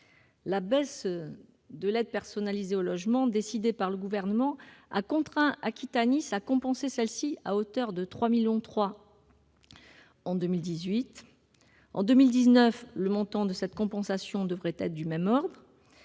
La baisse de l'aide personnalisée au logement décidée par le Gouvernement a contraint Aquitanis à compenser celle-ci à hauteur de 3,3 millions d'euros en 2018. En 2019, le montant de cette compensation devrait atteindre le même ordre